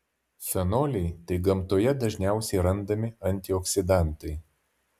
fenoliai tai gamtoje dažniausiai randami antioksidantai